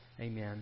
Amen